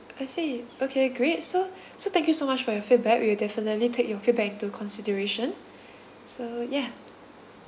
I see okay great so so thank you so much for your feedback we will definitely take your feedback into consideration so yeah